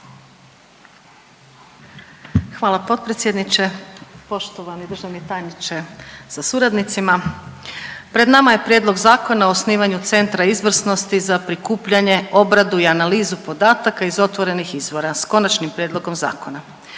Hvala potpredsjedniče. Poštovani državni tajniče sa suradnicima. Pred nama je prijedlog zakona o osnivanju centra izvrsnosti za prikupljanje, obradu i analizu podataka iz otvorenih izvora sa konačnim prijedlogom zakona.